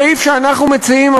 הסעיף שאנחנו מציעים,